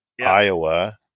Iowa